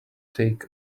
take